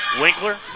Winkler